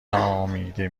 نامیده